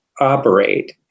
operate